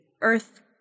earth